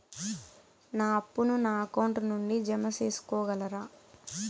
నా అప్పును నా అకౌంట్ నుండి జామ సేసుకోగలరా?